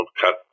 cut